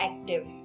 active